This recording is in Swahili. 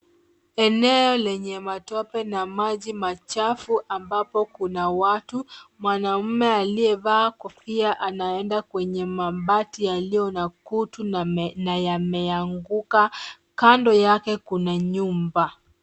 Eneo lenye matope na maji machafu ambapo kuna watu. Mwanaume aliyevaa kofia anaenda kwenye mabati yaliyo na kutu na yameanguka. Kando yake kuna nyumba.